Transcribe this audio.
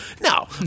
No